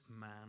man